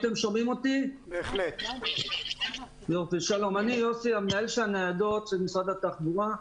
אני יוסי, מנהל הניידות של משרד התחבורה.